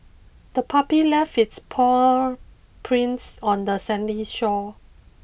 the puppy left its paw prints on the sandy shore